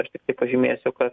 aš pažymėsiu kad